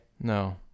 No